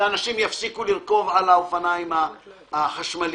שאנשים יפסיקו לרכב על האופניים החשמליים,